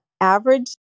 average